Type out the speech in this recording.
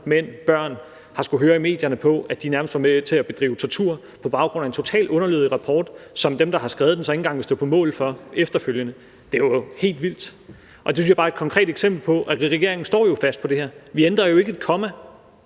mænd, børn – har skullet høre i medierne, at de nærmest er med til at bedrive tortur, på baggrund af en totalt underlødig rapport, som dem, der har skrevet den, så ikke engang vil stå på mål for efterfølgende. Det er jo helt vildt, og det synes jeg bare er et konkret eksempel på at regeringen står fast på det her. Vi ændrer ikke et komma,